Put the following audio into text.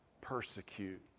persecute